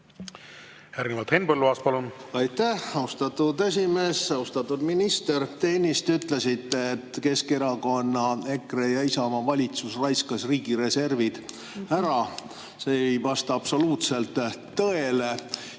Järgnevalt Henn Põlluaas, palun! Aitäh, austatud esimees! Austatud minister! Te ennist ütlesite, et Keskerakonna, EKRE ja Isamaa valitsus raiskas riigi reservi ära. See ei vasta absoluutselt tõele.